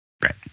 Right